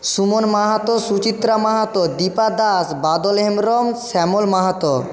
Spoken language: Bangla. সুমন মাহাতো সুচিত্রা মাহাতো দীপা দাস বাদল হেমব্রম শ্যামল মাহাতো